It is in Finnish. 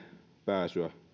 pääsyä